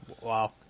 Wow